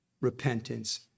repentance